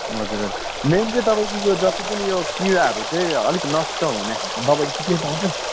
हजुर हजुर मेन चाहिँ तपाईँको यो जति पनि यो किराहरू चाहिँ अलिक नष्ट हुने खालको दबाई केही पाउँछ